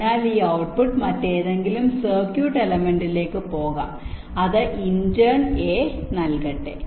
അതിനാൽ ഈ ഔട്ട്പുട്ട് മറ്റേതെങ്കിലും സർക്യൂട്ട് എലെമെന്റിലേക്ക് പോകാം അത് ഇന്റേൺ A നൽകട്ടെ